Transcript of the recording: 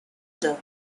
protest